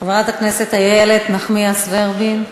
חברת הכנסת איילת נחמיאס ורבין,